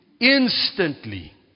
Instantly